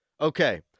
Okay